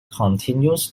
continues